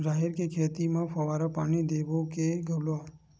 राहेर के खेती म फवारा पानी देबो के घोला?